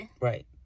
Right